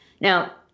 Now